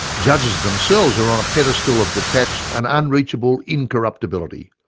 judges themselves are on a pedestal of detached and unreachable incorruptibility.